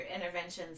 interventions